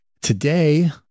Today